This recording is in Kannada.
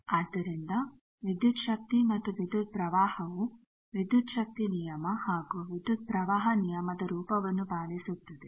ಆದ್ದರಿಂದ ವಿದ್ಯುತ್ ಶಕ್ತಿ ಮತ್ತು ವಿದ್ಯುತ್ ಪ್ರವಾಹವು ವಿದ್ಯುತ್ ಶಕ್ತಿ ನಿಯಮ ಹಾಗೂ ವಿದ್ಯುತ್ ಪ್ರವಾಹ ನಿಯಮದ ರೂಪವನ್ನು ಪಾಲಿಸುತ್ತದೆ